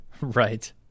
Right